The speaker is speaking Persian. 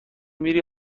میری